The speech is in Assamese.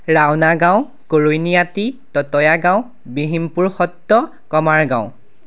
ৰাওনা গাঁও কৰণিআটী ততয়াগাঁও বিহীমপুৰ সত্ৰ কমাৰগাঁও